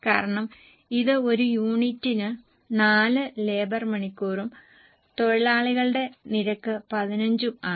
കാരണം ഇത് ഒരു യൂണിറ്റിന് 4 ലേബർ മണിക്കൂറും തൊഴിലാളികളുടെ നിരക്ക് 15 ഉം ആണ്